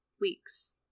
Weeks